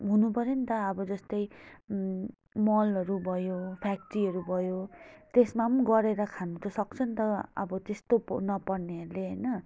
हुनु पर्यो नि त अब जस्तै मलहरू भयो फ्याक्ट्रीहरू भयो त्यसमा पनि गरेर खानु त सक्छ नि त अब त्यस्तो नपढ्नेहरूले होइन